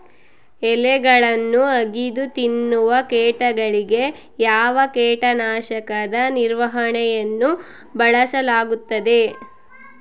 ಎಲೆಗಳನ್ನು ಅಗಿದು ತಿನ್ನುವ ಕೇಟಗಳಿಗೆ ಯಾವ ಕೇಟನಾಶಕದ ನಿರ್ವಹಣೆಯನ್ನು ಬಳಸಲಾಗುತ್ತದೆ?